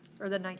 or the